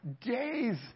days